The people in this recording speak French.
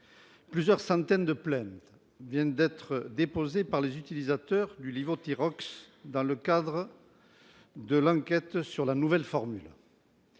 Plusieurs centaines de plaintes viennent d'être déposées par les utilisateurs du Lévothyrox dans le cadre de l'enquête sur la nouvelle formule.